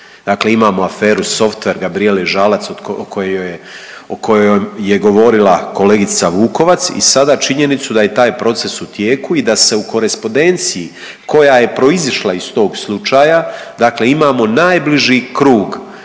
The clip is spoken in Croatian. Dakle, imamo aferu Softver Gabrijele Žalac o kojoj je govorila kolegica Vukovac i sada činjenicu da je taj proces u tijeku i da se u korespondenciji koja je proizišla iz tog slučaja dakle imamo najbliži krug